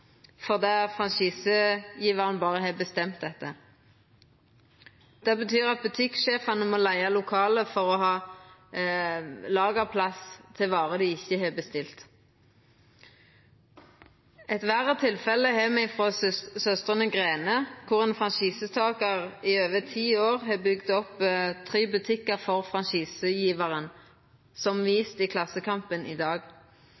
på, fordi franchisegjevaren berre har bestemt dette. Det betyr at butikksjefen må leiga eit lokale for å ha lagerplass til varer dei ikkje har bestilt. Eit verre tilfelle har me frå Søstrene Grene, der ein franchisetakar i over ti år har bygd opp tre butikkar for franchisegjevaren, som vist i Klassekampen i dag.